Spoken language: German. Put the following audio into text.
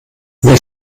mehr